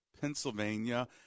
pennsylvania